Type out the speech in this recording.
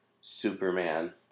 Superman